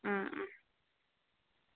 ꯎꯝ ꯎꯝ